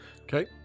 Okay